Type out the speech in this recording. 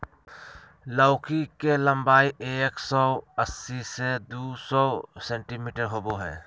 लौकी के लम्बाई एक सो अस्सी से दू सो सेंटीमिटर होबा हइ